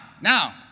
now